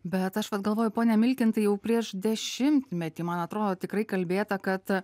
bet aš vat galvoju pone milkintai jau prieš dešimtmetį man atrodo tikrai kalbėta kad